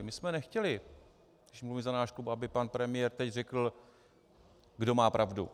My jsme nechtěli mluvím za náš klub , aby pan premiér teď řekl, kdo má pravdu.